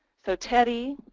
so teddy,